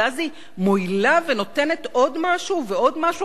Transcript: ואז היא מואילה ונותנת עוד משהו ועוד משהו